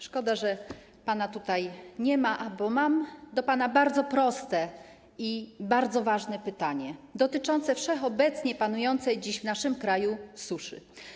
Szkoda, że pana tutaj nie ma, bo mam do pana bardzo proste i bardzo ważne pytanie dotyczące wszechobecnie panującej dziś w naszym kraju suszy.